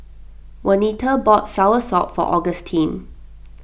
Wanita bought Soursop for Augustine